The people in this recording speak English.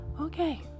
Okay